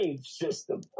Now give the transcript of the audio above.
system